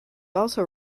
also